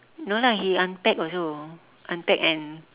no lah he unpack also unpack and